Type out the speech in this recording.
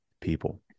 people